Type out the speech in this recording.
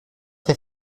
hace